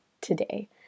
today